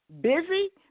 Busy